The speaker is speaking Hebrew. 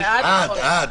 זה עד חודש.